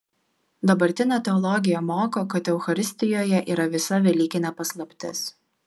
dabartinė teologija moko kad eucharistijoje yra visa velykinė paslaptis